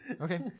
okay